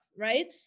Right